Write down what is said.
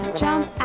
jump